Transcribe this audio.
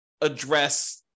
address